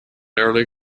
early